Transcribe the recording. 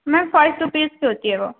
میم five rupees سے ہوتی ہے وہ